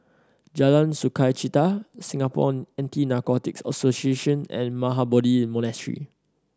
Jalan Sukachita Singapore Anti Narcotics Association and Mahabodhi Monastery